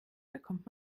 bekommt